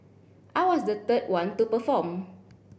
I was the third one to perform